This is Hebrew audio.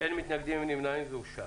הצבעה בעד 5 נגד אין נמנעים אין סעיף (2) אושר.